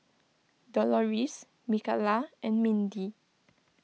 Doloris Mikalah and Mindi